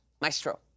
Maestro